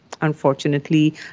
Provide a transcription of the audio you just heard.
Unfortunately